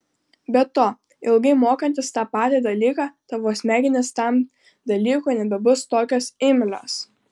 be to ilgai mokantis tą patį dalyką tavo smegenys tam dalykui nebebus tokios imlios